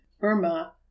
Burma